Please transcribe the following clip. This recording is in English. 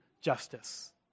justice